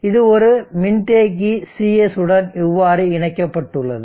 இது ஒரு மின்தேக்கி CS உடன் இவ்வாறு இணைக்கப்பட்டுள்ளது